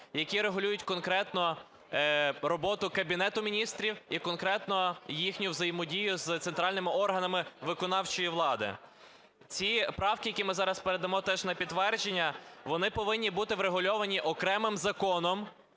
які регулюють конкретно роботу Кабінету Міністрів, і конкретно їхню взаємодію з центральними органами виконавчої влади. Ці правки, які ми зараз передамо теж на підтвердження, вони повинні бути врегульовані окремим законом